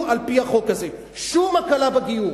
הקלה בגיור.